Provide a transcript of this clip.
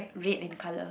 red in color